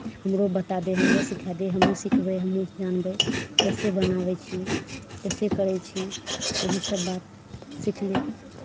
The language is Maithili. हमरो बता दे हमरो सिखाए दे हमहूँ सिखबै हमहूँ जानबै कैसे बनाबै छी कैसे करै छी एहीसब बात सिखबै